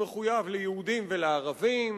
למחויב ליהודים ולערבים,